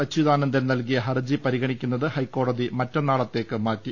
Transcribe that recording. അച്യുതാനന്ദൻ നൽകിയ ഹർജി പരിഗ ണിക്കുന്നത് ഹൈക്കോടതി മറ്റന്നാളത്തേക്ക് മാറ്റി